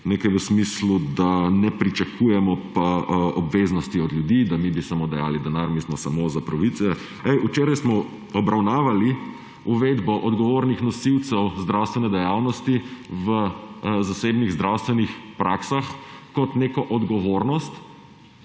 nekaj v smislu, da ne pričakujemo obveznosti od ljudi, da bi mi samo dajali denar, mi smo samo za pravice. Ej, včeraj smo obravnavali uvedbo odgovornih nosilcev zdravstvene dejavnosti v zasebnih zdravstvenih praksah kot neko odgovornost,